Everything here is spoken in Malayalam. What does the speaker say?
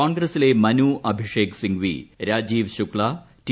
കോൺഗ്രസിലെ മനു അഭിഷേക് സിംഗ്വി രാജീവ് ശുക്സ ടി